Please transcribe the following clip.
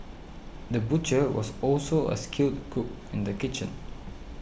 the butcher was also a skilled cook in the kitchen